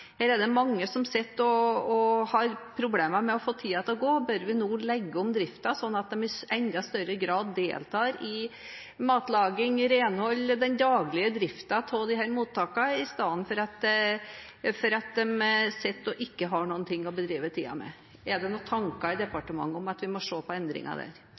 Her er det mange som sitter og har problemer med å få tiden til å gå. Bør vi nå legge om driften, sånn at de i enda større grad deltar i matlaging, renhold – den daglige driften av mottakene – istedenfor at de sitter og ikke har noe å fordrive tiden med? Er det noen tanker i departementet om at vi må se på endringer